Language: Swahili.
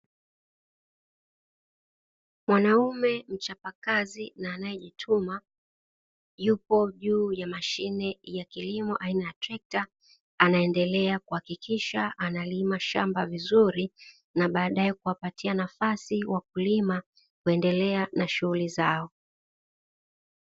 Mwanaume mchapakazi na anayejituma yupo juu ya mashine ya kilimo aina ya trekta, anaendelea kuhakikisha analima shamba vizuri na baadae kuwapatia nafasi wakulima kuendelea na shughuli zao.